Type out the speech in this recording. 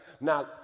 Now